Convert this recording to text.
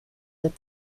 der